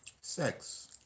sex